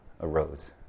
arose